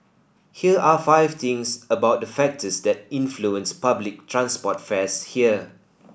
here are five things about the factors that influence public transport fares here